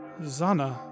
Zana